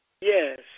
Yes